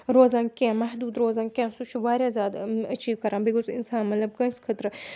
روزان کیٚنٛہہ محدوٗد روزان کیٚنٛہہ سُہ چھُ واریاہ زیادٕ أچیٖو کَران بیٚیہِ گوٚژھ اِنسان مطلب کٲنٛسہِ خٲطرٕ